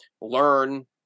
learn